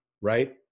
right